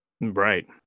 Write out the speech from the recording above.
Right